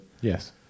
Yes